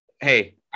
hey